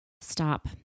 Stop